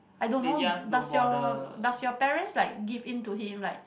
I don't know does your does your parents like give in to him like